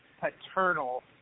paternal